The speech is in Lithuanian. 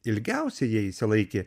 ilgiausiai jie išsilaikė